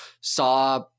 saw